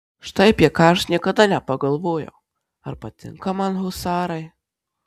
štai apie ką aš niekada nepagalvojau ar patinka man husarai